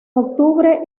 octubre